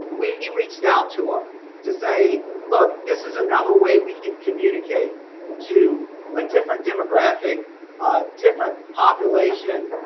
we reached out to him to say, look, this is another way we can communicate to a different demographic, a different population.